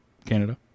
Canada